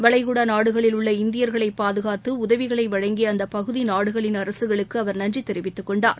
வளைகுடா நாடுகளில் உள்ள இந்தியர்களை பாதுகாத்து உதவிகளை வழங்கிய அந்த பகுதி நாடுகளின் அரசுகளுக்கு அவர் நன்றி தெரிவித்துக் கொண்டார்